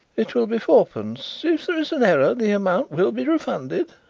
it will be fourpence. if there is an error the amount will be refunded.